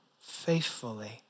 faithfully